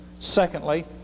Secondly